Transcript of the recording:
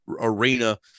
arena